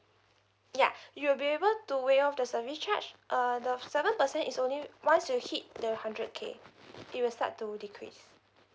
ya you will be able to waive off the service charge uh the seven percent is only once you hit the hundred K it will start to decrease